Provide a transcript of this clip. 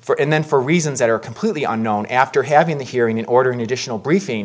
for and then for reasons that are completely unknown after having the hearing and ordering additional briefing